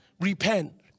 Repent